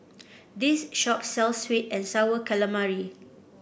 this shop sells sweet and sour calamari